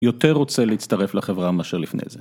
יותר רוצה להצטרף לחברה מאשר לפני זה.